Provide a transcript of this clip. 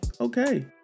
Okay